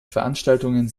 veranstaltungen